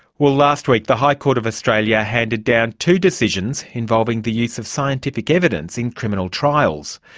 well, last week the high court of australia handed down two decisions involving the use of scientific evidence in criminal trials.